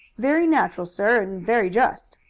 very natural, sir, and very just.